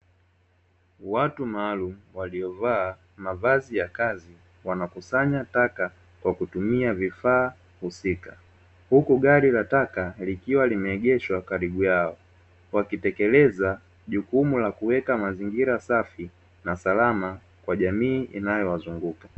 Watu maalumu waliovaa mavazi ya kazi wanakusanya taka kwa kutumia vifaa husika, huku gari la taka likiwa limeegeshwa karibu yao. Wakitekeleza jukumu la kuweka mazingira safi na salama kwa jamii inayowazunguka.